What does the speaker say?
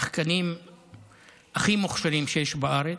השחקנים הכי מוכשרים שיש בארץ,